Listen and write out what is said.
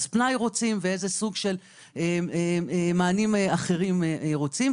פנאי רוצים ואיזה סוג של מענים אחרים רוצים.